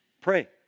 Pray